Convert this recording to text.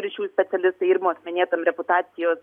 ryšių specialistai irmos minėtam reputacijos